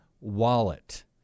wallet